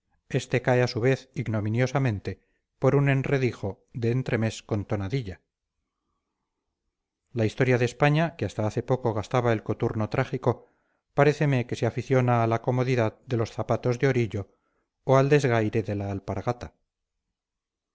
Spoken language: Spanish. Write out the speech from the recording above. este cae a su vez ignominiosamente por un enredijo de entremés con tonadilla la historia de españa que hasta hace poco gastaba el coturno trágico paréceme que se aficiona a la comodidad de los zapatos de orillo o al desgaire de la alpargata